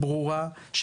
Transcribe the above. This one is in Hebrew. ברורה,